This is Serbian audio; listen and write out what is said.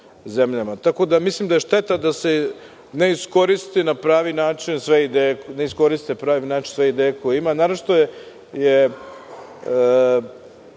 tako da mislim da je šteta da se ne iskoriste na pravi način sve ideje koje imamo.